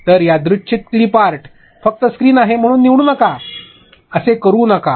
तर यादृच्छिक clip art फक्त स्क्रीन आहे म्हणून निवडू नका असे करू नका